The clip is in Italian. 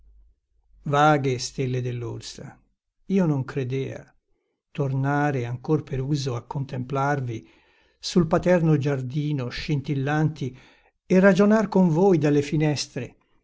vaghe stelle dell'orsa io non credea tornare ancor per uso a contemplarvi sul paterno giardino scintillanti e ragionar con voi dalle finestre